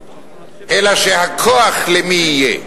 אלא שהכוח למי יהיה?